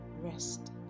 rest